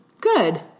Good